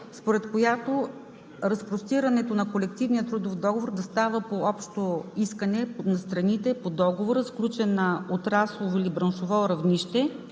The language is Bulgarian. според която разпростирането на колективния трудов договор да става по общо искане на страните по договора, сключен на отраслово или браншово равнище,